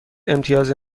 امتیاز